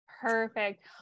Perfect